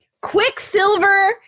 Quicksilver